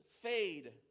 fade